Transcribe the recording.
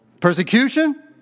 Persecution